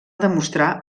demostrar